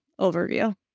overview